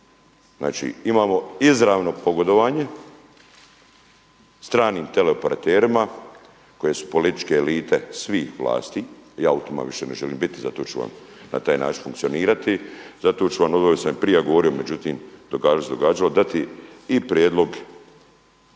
Znači, imamo izravno pogodovanje stranim teleoperaterima koje su političke elite svih vlasti, ja u tima više ne želim biti zato ću vam na taj način funkcionirati, zato ću vam ovdje sam i prije govorio, međutim događalo se što se događalo, dati i prijedlog